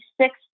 six